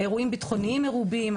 אירועים בטחוניים מרובים,